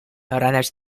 runners